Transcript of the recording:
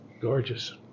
gorgeous